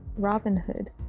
Robinhood